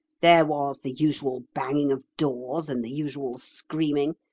there was the usual banging of doors and the usual screaming.